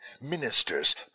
ministers